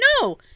no